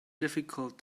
difficult